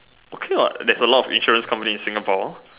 okay what there's a lot of insurance companies in Singapore